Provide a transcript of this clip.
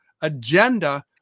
agenda